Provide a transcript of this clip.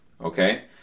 Okay